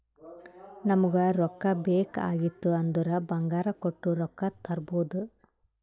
ನಮುಗ್ ರೊಕ್ಕಾ ಬೇಕ್ ಆಗಿತ್ತು ಅಂದುರ್ ಬಂಗಾರ್ ಕೊಟ್ಟು ರೊಕ್ಕಾ ತರ್ಬೋದ್